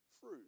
fruit